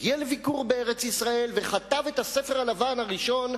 הגיע לביקור בארץ-ישראל וכתב את הספר הלבן הראשון,